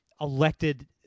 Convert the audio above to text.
elected